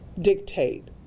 dictate